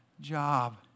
job